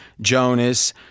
Jonas